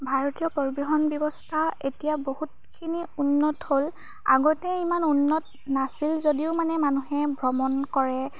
ভাৰতীয় পৰিবহন ব্যৱস্থা এতিয়া বহুতখিনি উন্নত হ'ল আগতে ইমান উন্নত নাছিল যদিও মানে মানুহে ভ্ৰমণ কৰে